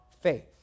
faith